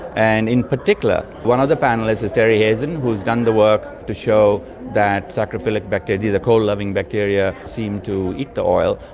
and in particular one of the panellists is terry hazen who has done the work to show that saprophytic bacteria, the the coal-loving bacteria, seemed to eat the oil,